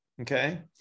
Okay